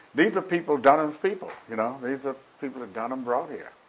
these are people, dunham's people. you know these are people that dunham brought here.